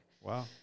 Wow